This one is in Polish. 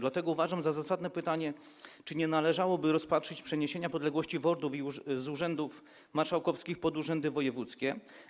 Dlatego uważam za zasadne pytanie, czy nie należałoby rozpatrzyć przeniesienia podległości WORD-ów z urzędów marszałkowskich do urzędów wojewódzkich.